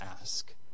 ask